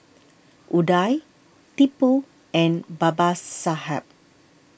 Udai Tipu and Babasaheb